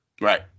Right